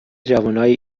جوونای